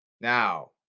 Now